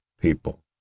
people